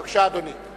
בבקשה, אדוני.